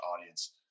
audience